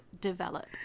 develop